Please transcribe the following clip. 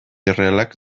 errealak